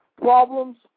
problems